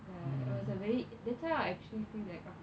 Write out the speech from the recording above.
ya it was a very ya that's why I actually feel like after